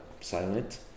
silent